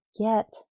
get